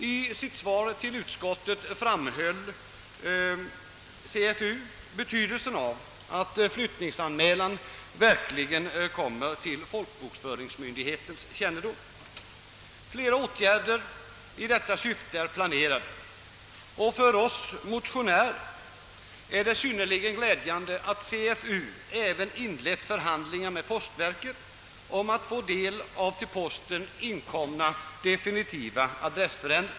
I sitt svar till utskottet framhöll CFU betydelsen av att flyttningsanmälan verkligen kommer till folkbokföringsmyndigheternas kännedom. Flera åtgärder i detta syfte är planerade och för oss motionärer är det synnerligen glädjande att CFU även inlett förhandlingar med postverket om att få del av till posten inkomna definitiva adressändringar.